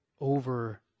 over